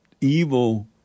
evil